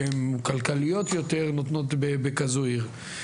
שהן כלכליות יותר, נותנות בכזו עיר.